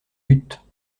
lûtes